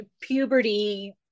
puberty